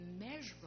immeasurable